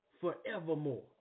forevermore